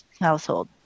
household